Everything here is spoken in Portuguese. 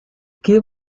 que